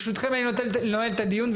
ברשותכם, אני נועל את הדיון.